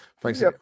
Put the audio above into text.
Thanks